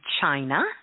China